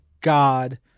god